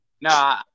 No